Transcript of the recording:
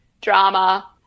drama